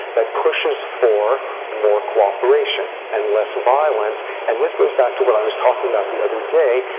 that pushes for more cooperation and less violence. and this goes back to what i was talking about the other day,